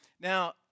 Now